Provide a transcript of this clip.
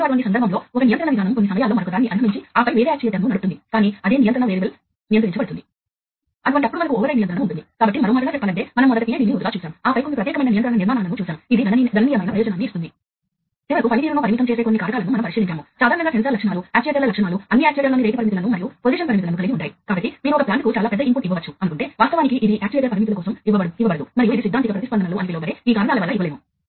data లభ్యతను మెరుగుపరచండి మనం ఇప్పటికే వాటి గురించి మాట్లాడుకున్నాము కాబట్టి మనకు కలిగి ఉన్న ఈ నెట్వర్క్ కారణంగా మీరు నిజంగా పరికరాల నుండి పెద్ద మొత్తంలో డేటాను మార్పిడి చేసుకోవచ్చు మరియు పెద్ద ప్రాంతాల లో సమన్వయాలను కలిగి ఉండవచ్చు మీరు పర్యవేక్షణ చేయవచ్చు మీరు మొత్తం ఉత్పత్తి ప్రక్రియ ఆప్టిమైజేషన్ చేయవచ్చు